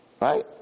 Right